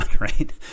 right